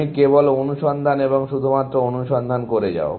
তুমি কেবল অনুসন্ধান এবং শুধুমাত্র অনুসন্ধান করে যাও